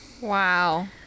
Wow